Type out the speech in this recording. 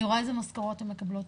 אני רואה איזה משכורות הן מקבלות,